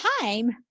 time